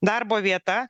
darbo vieta